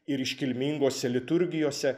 ir iškilmingose liturgijose